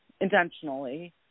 intentionally